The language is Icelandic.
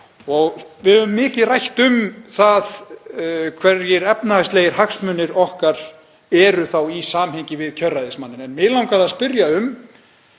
Við höfum mikið rætt um það hverjir efnahagslegir hagsmunir okkar eru í samhengi við kjörræðismann en mig langaði að spyrja